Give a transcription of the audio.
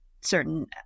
certain